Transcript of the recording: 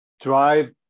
drive